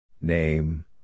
Name